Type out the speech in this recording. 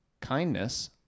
kindness